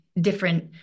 different